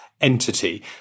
entity